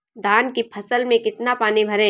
धान की फसल में कितना पानी भरें?